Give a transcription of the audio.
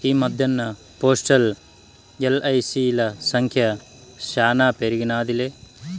ఈ మద్దెన్న పోస్టల్, ఎల్.ఐ.సి.ల సంఖ్య శానా పెరిగినాదిలే